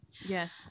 Yes